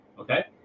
Okay